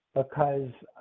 because